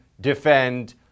defend